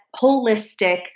holistic